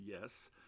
Yes